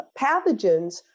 pathogens